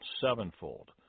sevenfold